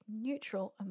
neutral